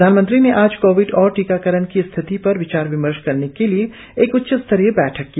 प्रधानमंत्री ने आज कोविड और टीकाकरण की स्थिति पर विचार विमर्श करने के लिए एक उच्च स्तरीय बैठक की